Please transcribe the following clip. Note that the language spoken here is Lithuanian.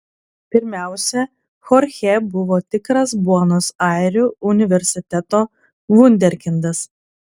pirmiausia chorchė buvo tikras buenos airių universiteto vunderkindas